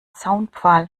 zaunpfahl